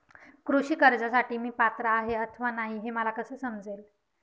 कृषी कर्जासाठी मी पात्र आहे अथवा नाही, हे मला कसे समजेल?